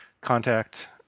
contact